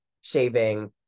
shaving